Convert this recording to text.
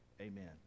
Amen